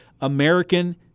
American